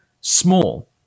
small